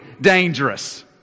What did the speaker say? dangerous